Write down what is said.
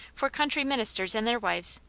for country ministers and their wives,